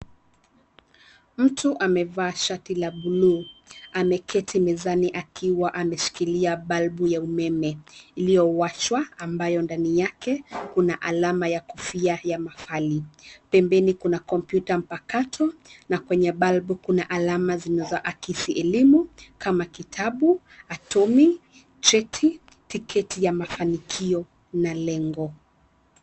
Mtu amevaa shati la bluu, ameketi mezani akiwa ameshikilia balbu ya umeme, iliyowashwa ambayo ndani yake kuna alama ya kofia ya mahafali, pembeni kuna kompyuta mpakato na kwenye balbu kuna alama kama zimewezaakisi elimu, kama kitabu, atomi, cheti, tiketi ya mafanyikio na lengo.